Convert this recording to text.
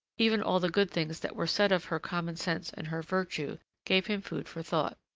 even all the good things that were said of her common-sense and her virtue, gave him food for thought.